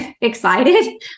excited